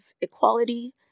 equality